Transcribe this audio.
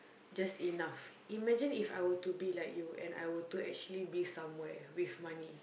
just enough imagine if I were to be like you and I were to actually be somewhere with money